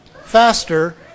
faster